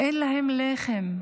אין להם לחם.